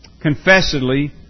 Confessedly